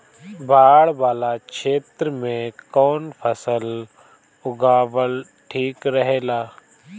बाढ़ वाला क्षेत्र में कउन फसल लगावल ठिक रहेला?